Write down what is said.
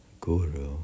guru